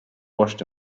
washed